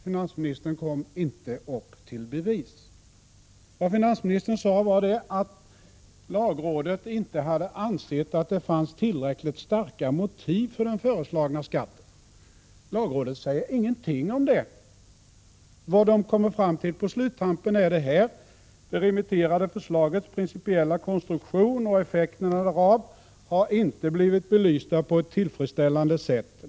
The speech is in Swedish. Finansministern kom inte upp till bevis. Vad finansministern sade var att lagrådet inte hade ansett att det fanns tillräckligt starka motiv för den föreslagna skatten. Lagrådet säger ingenting om det. Vad man kommer fram till på slutet är att ”det remitterade förslagets principiella konstruktion ——-- och effekterna härav har inte blivit belysta på ett tillfredsställande sätt.